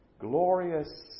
glorious